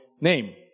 name